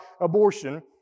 abortion